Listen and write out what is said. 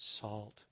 salt